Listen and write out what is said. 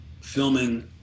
filming